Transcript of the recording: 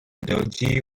dodgy